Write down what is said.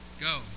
go